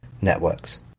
networks